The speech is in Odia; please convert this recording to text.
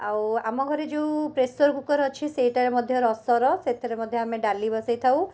ଆଉ ଆମ ଘରେ ଯେଉଁ ପ୍ରେସର୍ କୁକର୍ ଅଛି ସେଇଟାରେ ମଧ୍ୟ ରସର ସେଥିରେ ମଧ୍ୟ ଆମେ ଡାଲି ବସାଇଥାଉ